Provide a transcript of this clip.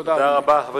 תודה, אדוני.